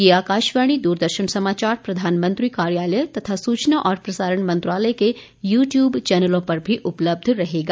यह आकाशवाणी दूरदर्शन समाचार प्रधानमंत्री कार्यालय तथा सूचना और प्रसारण मंत्रालय के यू ट्यूब चैनलों पर भी उपलब्ध रहेगा